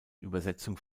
übersetzung